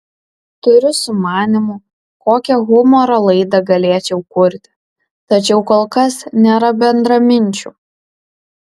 turiu sumanymų kokią humoro laidą galėčiau kurti tačiau kol kas nėra bendraminčių